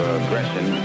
aggression